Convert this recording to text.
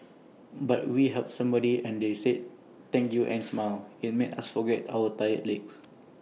but we helped somebody and they said thank you and smiled IT made us forget our tired legs